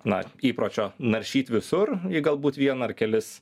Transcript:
na įpročio naršyt visur į galbūt vieną ar kelis